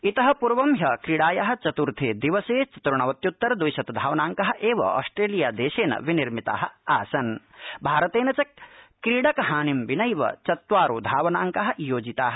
इतः पूर्व ं ह्यः क्रीडायाः चत्र्थे दिवसे चतुर्णवत्य्तर द्विशत धावनांकाः एव अष्ट्रेलियादेशेन विनिर्मिताः आसन् भारतेन च क्रीडकहानिं विनैव चत्वारो धावनांकाः योजिताः